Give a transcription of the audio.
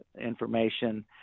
information